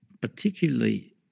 particularly